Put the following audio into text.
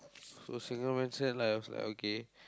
so single man cell I was like okay